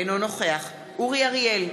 אינו נוכח אורי אריאל,